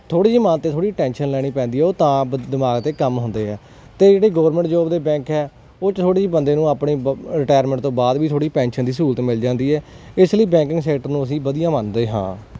ਥੋੜ੍ਹੀ ਜਿਹੀ ਮਨ 'ਤੇ ਥੋੜ੍ਹੀ ਟੈਨਸ਼ਨ ਲੈਣੀ ਪੈਂਦੀ ਉਹ ਤਾਂ ਦਿਮਾਗ 'ਤੇ ਕੰਮ ਹੁੰਦੇ ਆ ਅਤੇ ਜਿਹੜੀ ਗੌਰਮੈਂਟ ਜੋਬ ਦੇ ਬੈਂਕ ਹੈ ਉਹ 'ਚ ਥੋੜ੍ਹੀ ਜੀ ਬੰਦੇ ਨੂੰ ਆਪਣੀ ਬ ਰਿਟਾਇਰਮੈਂਟ ਤੋਂ ਬਾਅਦ ਵੀ ਥੋੜ੍ਹੀ ਪੈਨਸ਼ਨ ਦੀ ਸਹੂਲਤ ਮਿਲ ਜਾਂਦੀ ਹੈ ਇਸ ਲਈ ਬੈਂਕਿੰਗ ਸੈਕਟਰ ਨੂੰ ਅਸੀਂ ਵਧੀਆ ਮੰਨਦੇ ਹਾਂ